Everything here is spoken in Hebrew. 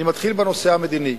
אני מתחיל בנושא המדיני.